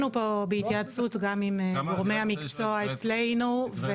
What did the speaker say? פה בהתייעצות גם עם גורמי המקצוע אצלנו.